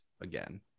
again